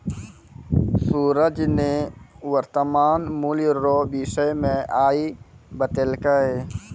सूरज ने वर्तमान मूल्य रो विषय मे आइ बतैलकै